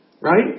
Right